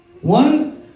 One